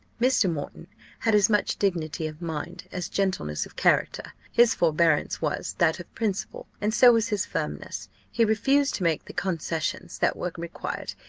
mr. moreton had as much dignity of mind as gentleness of character his forbearance was that of principle, and so was his firmness he refused to make the concessions that were required.